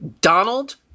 Donald